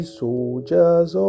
soldiers